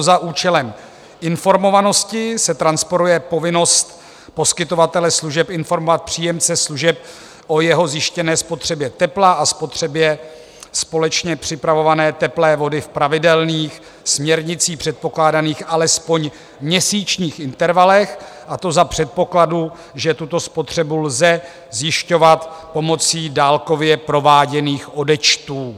Za účelem informovanosti se transponuje povinnost poskytovatele služeb informovat příjemce služeb o jeho zjištěné spotřebě tepla a spotřebě společně připravované teplé vody v pravidelných, směrnicí předpokládaných alespoň měsíčních intervalech, a to za předpokladu, že tuto spotřebu lze zjišťovat pomocí dálkově prováděných odečtů.